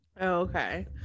Okay